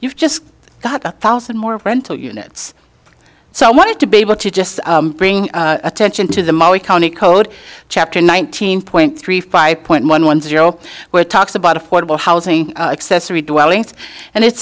you've just got a thousand more parental units so i wanted to be able to just bring attention to the maori county code chapter nineteen point three five point one one zero where talks about affordable housing accessory dwellings and it